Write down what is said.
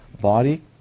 body